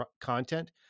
content